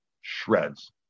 shreds